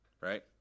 right